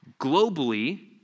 globally